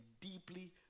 deeply